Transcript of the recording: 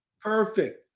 Perfect